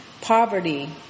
Poverty